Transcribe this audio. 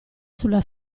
sulla